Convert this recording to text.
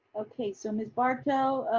okay so, ms. barto,